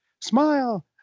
smile